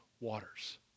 waters